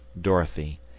dorothy